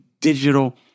digital